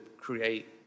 create